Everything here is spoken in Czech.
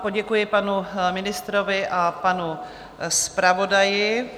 Poděkuji panu ministrovi a panu zpravodaji.